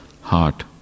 heart